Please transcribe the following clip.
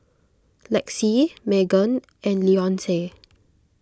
Lexie Meagan and Leonce